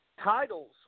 titles